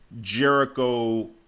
Jericho